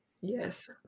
Yes